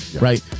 right